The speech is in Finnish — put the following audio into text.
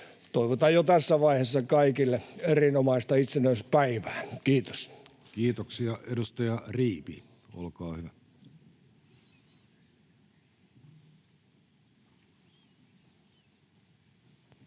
Toivotan jo tässä vaiheessa kaikille erinomaista itsenäisyyspäivää. — Kiitos. Kiitoksia. — Edustaja Riipi, olkaa hyvä. Arvoisa